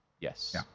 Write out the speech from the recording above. Yes